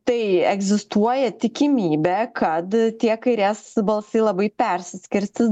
tai egzistuoja tikimybė kad tie kairės balsai labai persiskirstys